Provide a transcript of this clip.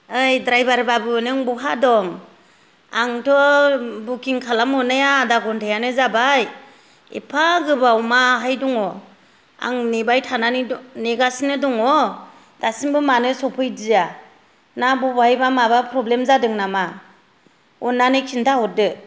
ओइ ड्राइभार बाबु नों बहा दं आंथ' बुकिं खालामहरनाया आधा घन्टायानो जाबाय एफा गोबाव माहाय दङ आं नेबाय थानानै नेगासिनो दङ दासिम्बो मानो सफैदिया ना बबेहायबा माबा प्रब्लेम जादों नामा अननानै खिन्था हरदो